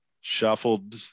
shuffled